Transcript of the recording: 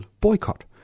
boycott